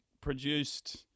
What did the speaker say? produced –